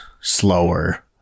slower